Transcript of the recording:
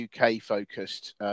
UK-focused